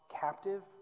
captive